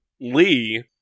Lee